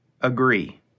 agree